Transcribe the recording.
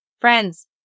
Friends